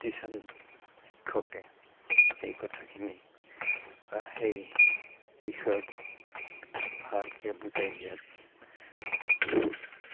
tuition শিক্ষকে সেই কথাখিনি বা সেই বিষয়ক ভালকৈ বুজাই দিয়াত